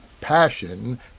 passion